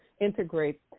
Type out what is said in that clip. integrate